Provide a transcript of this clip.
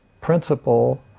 principle